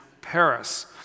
Paris